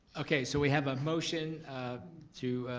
okay, so we have a motion to